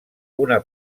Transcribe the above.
una